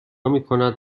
میکند